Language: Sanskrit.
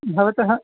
भवतः